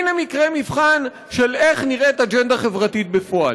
הנה מקרה מבחן של איך נראית אג'נדה חברתית בפועל.